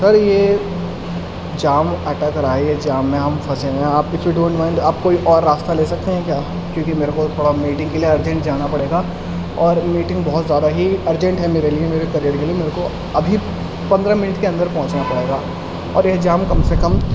سر یہ جام اٹک رہا ہے یہ جام میں ہم پھنسے ہوئے ہیں آپ اف یو ڈونٹ مائنڈ آپ کوئی اور راستہ لے سکتے ہیں کیا کیوںکہ میرے کو تھوڑا میٹنگ کے لیے ارجنٹ جانا پڑے گا اور میٹنگ بہت زیادہ ہی ارجنٹ ہے میرے لیے میرے کریئر کے لیے میرے کو ابھی پندرہ منٹ کے اندر پہنچنا پڑے گا اور یہ جام کم سے کم